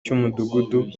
cy’umudugudu